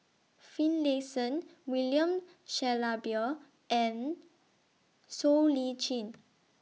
Finlayson William Shellabear and Siow Lee Chin